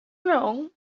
wrong